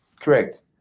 Correct